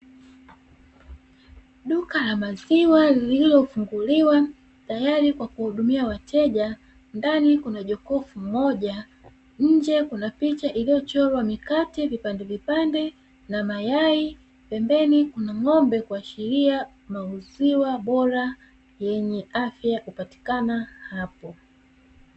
Duka la maziwa lililofunguliwa tayari kwa kuhudumia wateja, ndani kuna jokofu moja nje kuna picha iliyochorwa mikate vipande vipande na mayai, pembeni kuna ng'ombe kuashiria maziwa bora yenye afya hupatikana hapa.